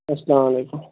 السلام علیکُم